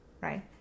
Right